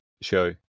show